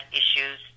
issues